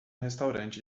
restaurante